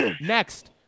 Next